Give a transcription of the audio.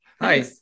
Hi